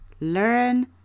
learn